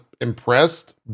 impressed